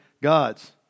gods